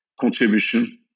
contribution